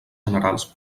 generals